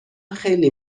خیلی